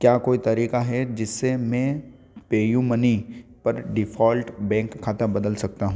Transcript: क्या कोई तरीका है जिससे मैं पेयू मनी पर डिफ़ॉल्ट बेंक खाता बदल सकता हूँ